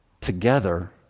Together